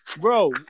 Bro